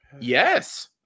yes